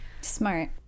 Smart